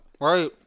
Right